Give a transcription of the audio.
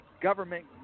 government